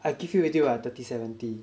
I give you already [what] thirty seventy